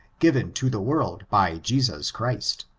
given to the world by jesus christ